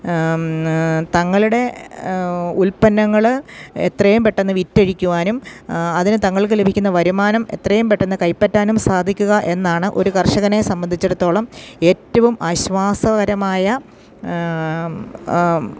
തങ്ങളുടെ ഉൽപ്പന്നങ്ങള് എത്രയും പെട്ടെന്ന് വിറ്റഴിക്കുവാനും അതിന് തങ്ങൾക്ക് ലഭിക്കുന്ന വരുമാനം എത്രയും പെട്ടെന്ന് കൈപ്പറ്റാനും സാധിക്കുകയെന്നതാണ് ഒരു കർഷകനെ സംബന്ധിച്ചിടത്തോളം ഏറ്റവും ആശ്വാസകരമായ